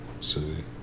city